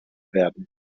werden